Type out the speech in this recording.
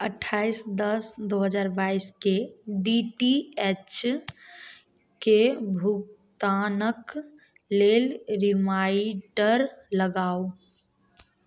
अठ्ठाइस दश दू हजार बाइस के डी टी एचके भुगतानक लेल रिमाइण्डर लगाउ